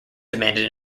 demanded